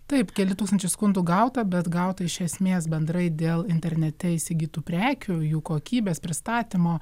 taip keli tūkstančiai skundų gauta bet gauta iš esmės bendrai dėl internete įsigytų prekių jų kokybės pristatymo